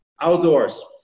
outdoors